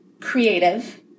creative